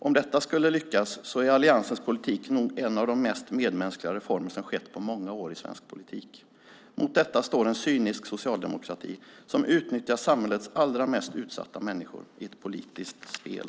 Om detta skulle lyckas är alliansens politik nog en av de mest medmänskliga reformer som gjorts på många år i svensk politik. Mot detta står en cynisk socialdemokrati som utnyttjar samhällets allra mest utsatta människor i ett politiskt spel.